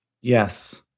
yes